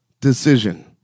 decision